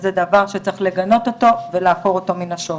וזה דבר שצריך לגנות אותו ולעקור אותו מן השורש.